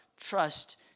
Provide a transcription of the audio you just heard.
Trust